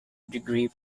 degree